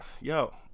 Yo